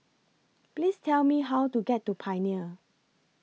Please Tell Me How to get to Pioneer